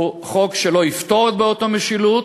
הוא חוק שלא יפתור את בעיות המשילות,